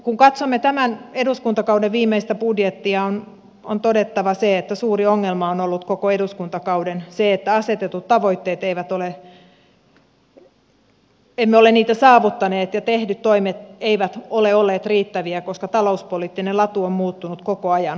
kun katsomme tämän eduskuntakauden viimeistä budjettia on todettava se että suuri ongelma on ollut koko eduskuntakauden se että emme ole saavuttaneet asetettuja tavoitteita ja tehdyt toimet eivät ole olleet riittäviä koska talouspoliittinen latu on muuttunut koko ajan heikommaksi